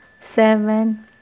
seven